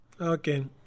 okay